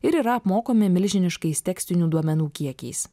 ir yra apmokomi milžiniškais tekstinių duomenų kiekiais